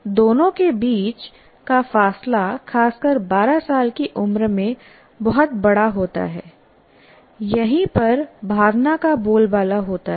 दोनों के बीच का फासला खासकर 12 साल की उम्र में बहुत बड़ा होता है यहीं पर भावना का बोलबाला होता है